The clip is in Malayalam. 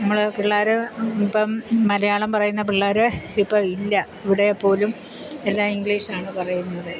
നമ്മൾ പിള്ളേർ ഇപ്പം മലയാളം പറയുന്ന പിള്ളേർ ഇപ്പം ഇല്ല ഇവിടെ പോലും എല്ലാം ഇംഗ്ലീഷ് ആണ് പറയുന്നത്